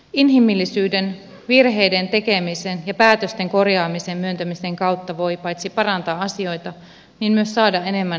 inhimillisyyden virheiden tekemisen ja päätösten korjaamisen myöntämisen kautta voi paitsi parantaa asioita myös saada enemmän arvostusta